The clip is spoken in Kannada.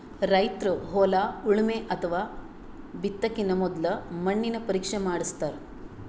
ರೈತರ್ ಹೊಲ ಉಳಮೆ ಅಥವಾ ಬಿತ್ತಕಿನ ಮೊದ್ಲ ಮಣ್ಣಿನ ಪರೀಕ್ಷೆ ಮಾಡಸ್ತಾರ್